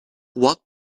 what